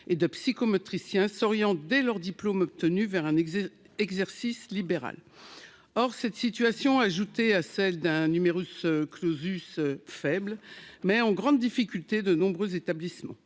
et de motricien souriant dès leur diplôme obtenu vers un exil exercice libéral, or cette situation, ajoutée à celle d'un numerus clausus faible mais en grande difficulté, de nombreux établissements